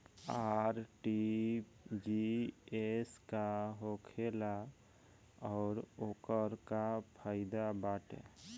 RTGS का होखेला और ओकर का फाइदा बाटे?